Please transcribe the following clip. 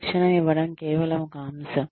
శిక్షణ ఇవ్వడం కేవలం ఒక అంశం